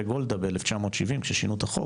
בעלייה במספרים מוחלטים, צריך לנסות להבין.